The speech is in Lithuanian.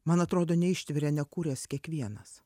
man atrodo neištveria nekūręs kiekvienas